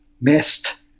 missed